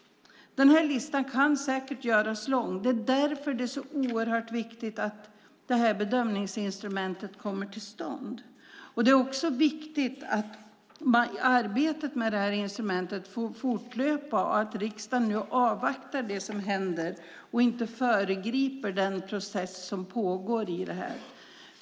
Den här listan kan säkert göras lång, och det är därför det är så oerhört viktigt att bedömningsinstrumentet kommer till stånd. Det är också viktigt att arbetet med instrumentet får fortlöpa och att riksdagen nu avvaktar det som händer och inte föregriper den process som pågår.